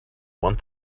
want